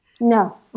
No